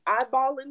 Eyeballing